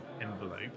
envelope